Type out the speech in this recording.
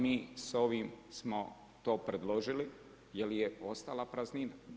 Mi sa ovim smo to predložili jer je ostala praznina.